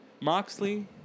Moxley